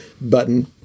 button